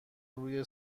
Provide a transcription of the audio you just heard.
روی